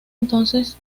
entonces